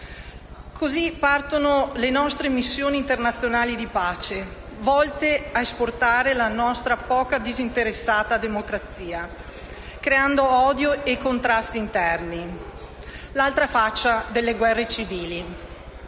Così partono le nostre missioni internazionali di pace, volte ad esportare la nostra poco disinteressata democrazia, creando odio e contrasti interni (l'altra faccia delle guerre civili),